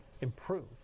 improve